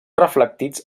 reflectits